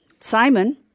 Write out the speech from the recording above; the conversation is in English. Simon